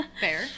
Fair